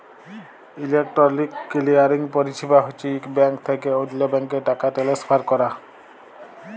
electronic clearing পরিছেবা হছে ইক ব্যাংক থ্যাইকে অল্য ব্যাংকে টাকা টেলেসফার ক্যরা